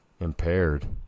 impaired